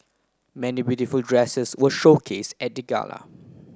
many beautiful dresses were showcase at the gala